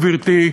גברתי,